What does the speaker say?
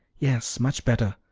yes, much better.